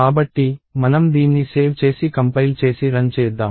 కాబట్టి మనం దీన్ని సేవ్ చేసి కంపైల్ చేసి రన్ చేద్దాం